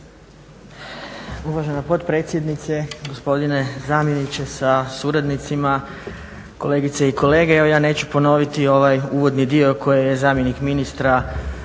Uvažena potpredsjednice, gospodine zamjeniče sa suradnicima, kolegice i kolege. Evo ja neću ponoviti ovaj uvodni dio koji je zamjenik ministra